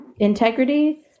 integrity